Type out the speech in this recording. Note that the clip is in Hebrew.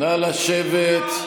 נא לשבת.